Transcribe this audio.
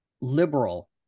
liberal